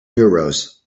euros